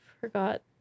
forgot